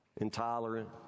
intolerant